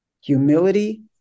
Humility